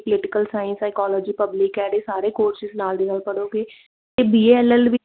political science psychology public ad ਇਹ ਸਾਰੇ courses ਨਾਲ ਦੀ ਨਾਲ ਪੜੋਂਗੇ ਅਤੇ B A L L B